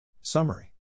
Summary